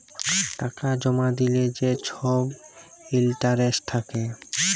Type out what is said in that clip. টাকা জমা দিলে যে ছব ইলটারেস্ট থ্যাকে